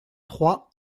trois